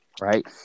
Right